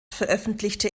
veröffentlichte